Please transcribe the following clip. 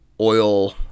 oil